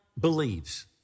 believes